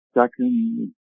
second